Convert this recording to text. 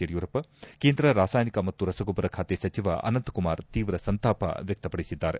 ಯಡಿಯೂರಪ್ಪ ಕೇಂದ್ರ ರಾಸಾಯನಿಕ ಮತ್ತು ರಸಗೊಬ್ಬರ ಖಾತೆ ಸಚಿವ ಅನಂತ್ಕುಮಾರ್ ತೀವ್ರ ಸಂತಾಪ ವ್ಯಕ್ತಪಡಿಸಿದ್ದಾರೆ